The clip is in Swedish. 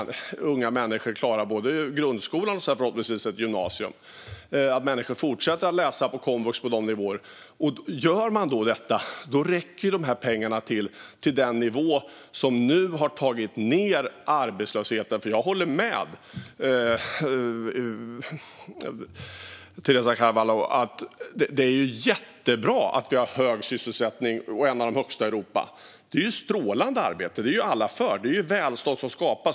Unga människor måste klara både grundskolan och förhoppningsvis gymnasiet. Människor måste fortsätta att läsa på komvux på de nivåerna. Gör man detta räcker pengarna till den nivå som nu har tagit ned arbetslösheten. Jag håller med Teresa Carvalho om att det är jättebra att vi har hög sysselsättning. Vi har en av de högsta sysselsättningsnivåerna i Europa. Det är strålande! Det är vi alla för. Det är välstånd som skapas.